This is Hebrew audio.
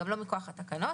גם לא מכוח התקנות.